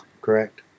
correct